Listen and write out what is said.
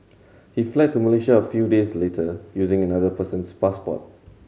he fled to Malaysia a few days later using another person's passport